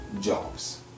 Jobs